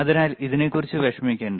അതിനാൽ ഇതിനെക്കുറിച്ച് വിഷമിക്കേണ്ട